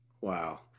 Wow